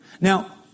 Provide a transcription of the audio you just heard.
Now